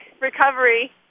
recovery